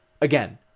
again